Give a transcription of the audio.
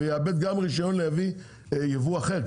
הוא יאבד גם את הרישיון להביא יבוא אחר.